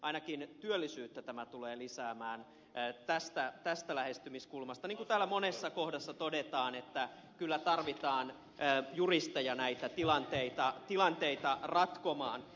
ainakin työllisyyttä tämä tulee lisäämään tästä lähestymiskulmasta niin kuin täällä monessa kohdassa todetaan että kyllä tarvitaan juristeja näitä tilanteita ratkomaan